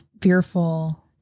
fearful